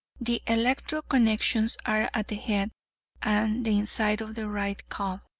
the electro connections are at the head and the inside of the right calf,